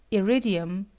iridium,